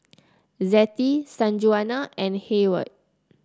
Zettie Sanjuana and Heyward